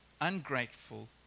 ungrateful